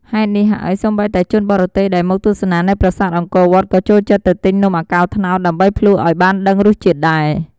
ហេតុនេះហើយ សូម្បីតែជនបរទេសដែលមកទស្សនានៅប្រាសាទអង្គរវត្ត ក៏ចូលចិត្តទៅទិញនំអាកោត្នោត ដើម្បីភ្លក្សឱ្យបានដឹងរសជាតិដែរ។